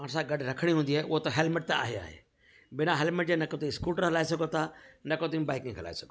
पाण सां गॾु रखणी हूंदी आहे उहो त हेलमेट त आहे ई आहे बिना हेलमेट जे न को तव्हां स्कूटर हलाए सघो था न को तव्हां बाइक हलाए सघो था